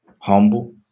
humble